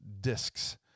discs